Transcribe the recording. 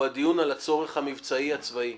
הוא הדיון על הצורך המבצעי הצבאי.